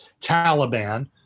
Taliban